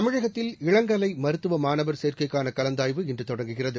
தமிழகத்தில் இளங்கலை மருத்துவ மாணவர் சேர்க்கைக்கான கலந்தாய்வு இன்று தொடங்குகிறது